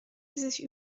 sich